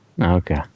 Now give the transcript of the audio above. Okay